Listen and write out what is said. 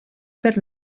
per